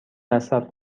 مصرف